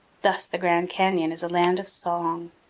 thus the grand canyon, is a land of song.